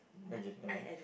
okay never mind